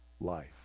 life